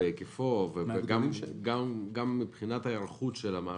בהיקפו וגם מבחינת ההיערכות של המערכת,